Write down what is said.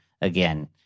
again